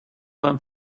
learn